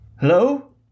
Hello